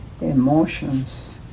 Emotions